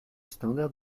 standard